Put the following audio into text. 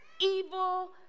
evil